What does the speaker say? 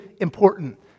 important